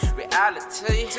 reality